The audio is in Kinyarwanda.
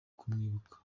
kumwibuka